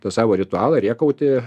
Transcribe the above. tą savo ritualą rėkauti